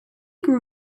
grew